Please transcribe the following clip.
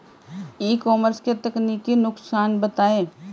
ई commerce के तकनीकी नुकसान बताएं?